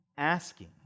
asking